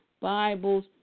Bibles